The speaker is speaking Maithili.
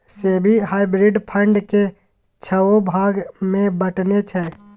सेबी हाइब्रिड फंड केँ छओ भाग मे बँटने छै